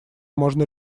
можно